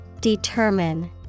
Determine